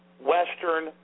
Western